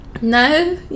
no